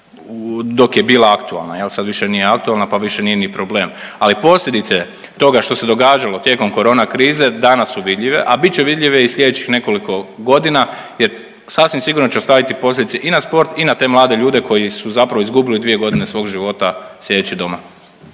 dok je bila aktualna. Sad više nije aktualna pa više nije ni problem. Ali posljedice toga što se događalo tijekom korona krize danas su vidljive, a bit će vidljive i sljedećih nekoliko godina jer sasvim sigurno će ostaviti posljedice i na sport i na te mlade ljude koji su zapravo izgubili dvije godine svog života sjedeći doma.